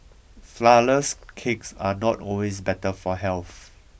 flourless cakes are not always better for health